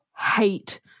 hate